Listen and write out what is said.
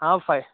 five